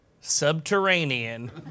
subterranean